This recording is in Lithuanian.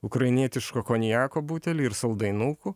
ukrainietiško konjako butelį ir saldainukų